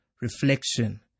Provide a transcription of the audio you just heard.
reflection